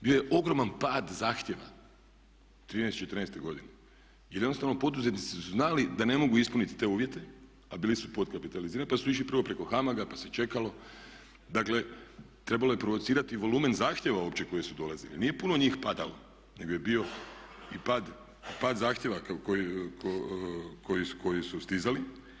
Bio je ogroman pad zahtjeva, '13.-te, '14.-te godine jer jednostavno poduzetnici su znali da ne mogu ispuniti te uvjete a bili su potkapitalizirani pa su išli prvo preko HAMAG-a pa se čekalo, dakle, trebalo je provocirati volumen zahtjeva uopće koji su dolazili, nije puno njih padalo nego je bio i pad zahtjeva koji su stizali.